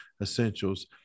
essentials